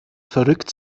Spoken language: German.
verrückt